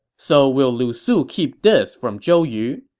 so will lu su keep this from zhou yu?